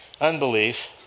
unbelief